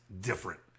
different